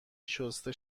شسته